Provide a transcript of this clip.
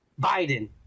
Biden